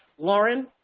lauren,